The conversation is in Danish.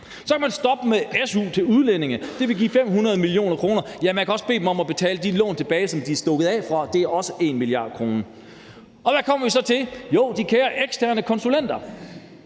Så kan man stoppe med su til udlændinge. Det vil give 500 mio. kr. Man kan også bede dem om at betale de lån tilbage, som de er stukket af fra. Det er også 1 mia. kr. Hvad kommer vi så til? Jo, de kære eksterne konsulenter,